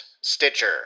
Stitcher